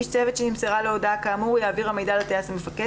איש צוות שנמסרה לו הודעה כאמור יעביר המידע לטייס המפקד,